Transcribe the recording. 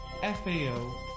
FAO